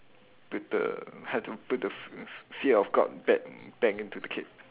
put the have to put the f~ f~ fear of god bad back into the kid